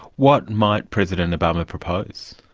what might president obama propose?